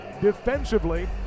defensively